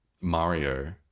Mario